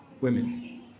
women